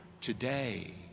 today